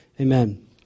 Amen